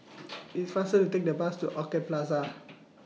IT IS faster to Take The Bus to Orchid Plaza